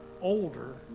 older